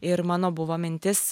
ir mano buvo mintis